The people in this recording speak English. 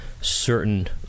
certain